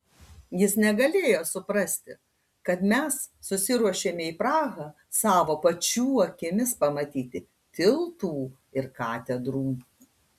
jis negalėjo suprasti kad mes susiruošėme į prahą savo pačių akimis pamatyti tiltų ir katedrų